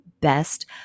best